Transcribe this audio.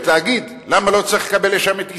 להגיד למה לא צריך לקבל לשם את ישראל.